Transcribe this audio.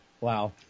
wow